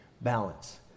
balance